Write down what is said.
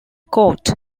court